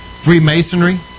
Freemasonry